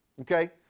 Okay